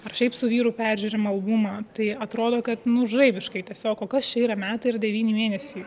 ar šiaip su vyru peržiūrim albumą tai atrodo kad nu žaibiškai tiesiog o kas čia yra metai ir devyni mėnesiai